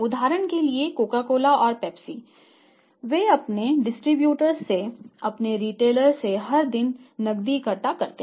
उदाहरण के लिए कोका कोला और पेप्सी वे अपने डिस्ट्रीब्यूटर्स से हर दिन नकदी इकट्ठा करते हैं